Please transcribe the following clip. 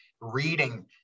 reading